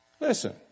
Listen